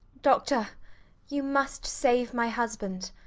doctor you must save my husband.